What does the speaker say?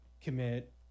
commit